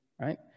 right